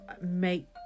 make